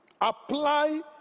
Apply